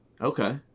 okay